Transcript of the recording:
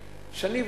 "שניב".